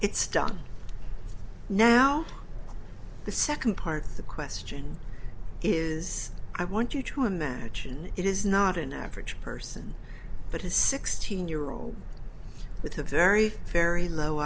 it's done now the second part of the question is i want you to imagine it is not an average person but his sixteen year old with a very very low